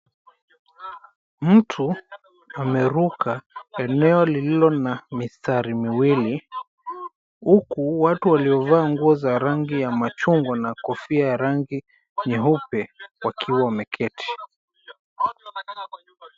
Mtu, ameruka eneo lililo na mistari miwili huku watu waliovaa nguo za rangi ya machungwa na kofia ya rangi nyeupe wakiwa wameketi.